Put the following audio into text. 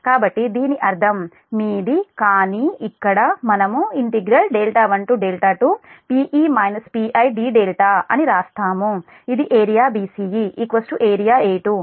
కాబట్టి దీని అర్థం మీది కానీ ఇక్కడ మనము12 d అని వ్రాసాము అది ఏరియా bce ఏరియా A2